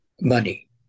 money